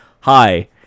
hi